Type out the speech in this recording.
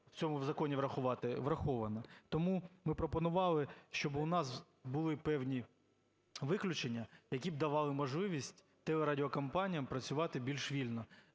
в цьому законі врахувати, враховано. Тому ми пропонували, щоби у нас були певні виключення, які б давали можливість телерадіокомпаніям працювати більш вільно